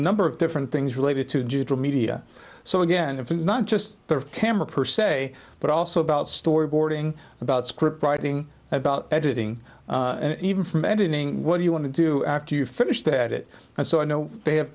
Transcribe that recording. number of different things related to digital media so again if it's not just the camera per se but also about storyboarding about script writing about editing and even from editing what do you want to do after you finished at it and so i know they have